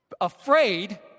afraid